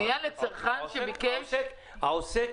פנייה לצרכן שביקש --- העוסק,